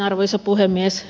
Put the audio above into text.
arvoisa puhemies